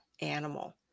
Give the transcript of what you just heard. animal